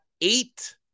eight